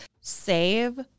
save